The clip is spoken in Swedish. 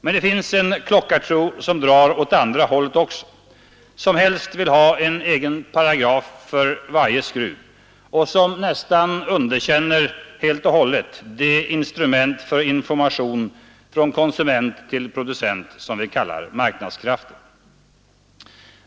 Men det finns en klockartro, som drar åt andra hållet också, det finns de som helst vill ha en egen paragraf för varje skruv och som nästan helt underkänner det instrument för information från konsument till producent som vi kallar marknadskrafter.